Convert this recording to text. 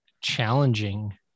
challenging